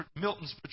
Milton's